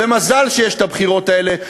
ומזל שיש הבחירות האלה,